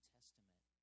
Testament